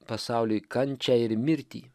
pasauliui kančią ir mirtį